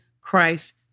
Christ